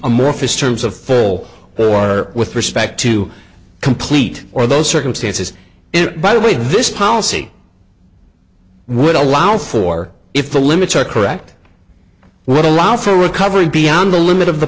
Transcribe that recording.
amorphous terms of full or with respect to complete or those circumstances by the way this policy would allow for if the limits are correct what allows for a recovery beyond the limit of the